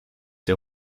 der